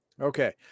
Okay